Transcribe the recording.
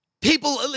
People